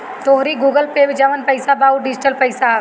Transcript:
तोहरी Google Pay में जवन पईसा बा उ डिजिटल पईसा हवे